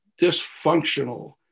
dysfunctional